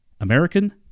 American